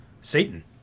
Satan